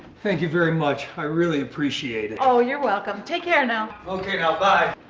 thank you very much. i really appreciate it. oh, you're welcome. take care, now. okay, now, bye.